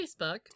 Facebook